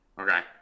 Okay